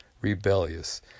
rebellious